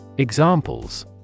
Examples